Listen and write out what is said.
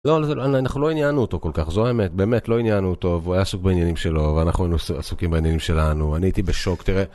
לא, אנחנו לא עניינו אותו כל כך, זו האמת, באמת לא עניינו אותו, והוא היה עסוק בעניינים שלו, ואנחנו היינו עסוקים בעניינים שלנו, אני הייתי בשוק, תראה.